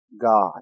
God